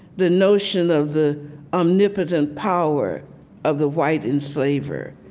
the notion of the omnipotent power of the white enslaver.